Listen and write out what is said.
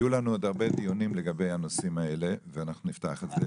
יהיו לנו עוד הרבה דיונים לגבי הנושאים האלה ואנחנו נפתח את זה.